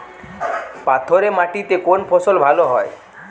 পাথরে মাটিতে কোন ফসল ভালো হয়?